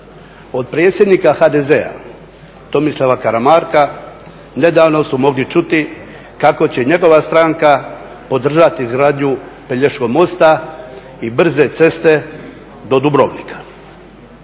od predsjednika HDZ-a Tomislava Karamarka nedavno smo mogli čuti kako će njegova stranka podržat izgradnju Pelješkog mosta i brze ceste do Dubrovnika,